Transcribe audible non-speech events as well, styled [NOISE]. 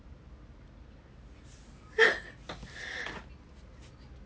[LAUGHS]